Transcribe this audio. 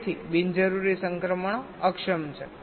તેથી બિનજરૂરી સંક્રમણો અક્ષમ છે